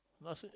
not s~